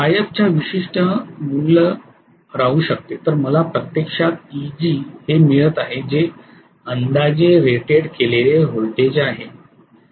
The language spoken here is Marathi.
If च्या विशिष्ट मूल्य असू शकते तर मला प्रत्यक्षात Eg हे मिळत आहे जे अंदाजे रेटड केलेले व्होल्टेज आहे